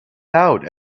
out